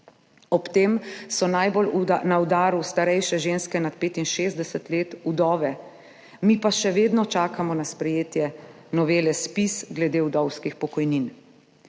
Ob tem so najbolj na udaru starejše ženske nad 65 let – vdove, mi pa še vedno čakamo na sprejetje novele ZPIZ glede vdovskih pokojnin.